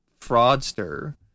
fraudster